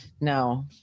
No